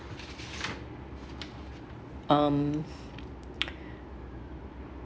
um